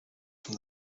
from